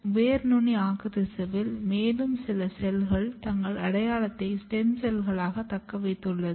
வேர் நுனி ஆக்குத்திசுவில் மேலும் சில செல்கள் தங்கள் அடையாளத்தை ஸ்டெம் செல்கள்ளாக தக்கவைத்துள்ளது